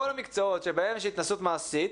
כל המקצועות שבהם יש התנסות מעשית,